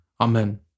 Amen